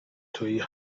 تویی